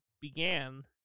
began